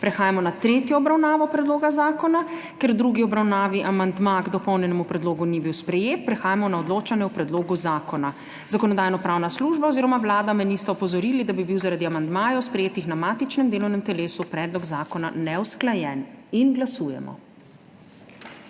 Prehajamo na tretjo obravnavo predloga zakona. Ker v drugi obravnavi amandma k dopolnjenemu predlogu ni bil sprejet, prehajamo na odločanje o predlogu zakona. Zakonodajno-pravna služba oziroma Vlada me nista opozorili, da bi bil, zaradi amandmajev, sprejetih na matičnem delovnem telesu, predlog zakona neusklajen. Glasujemo.